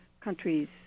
countries